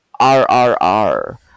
RRR